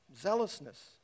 zealousness